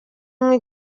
imwe